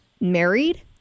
married